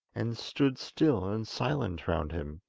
and stood still and silent round him.